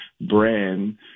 brand